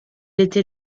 était